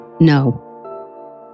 no